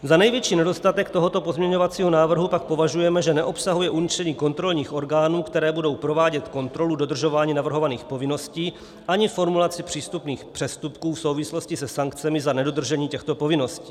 Za největší nedostatek tohoto pozměňovacího návrhu pak považujeme, že neobsahuje určení kontrolních orgánů, které budou provádět kontrolu dodržování navrhovaných povinností, ani formulaci přestupků v souvislosti se sankcemi za nedodržení těchto povinností.